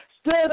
stood